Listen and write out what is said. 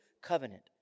covenant